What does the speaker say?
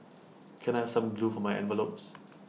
can I have some glue for my envelopes